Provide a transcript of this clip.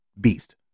Beast